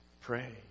Pray